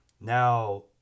Now